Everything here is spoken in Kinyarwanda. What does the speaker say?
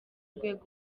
rwego